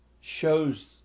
shows